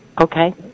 Okay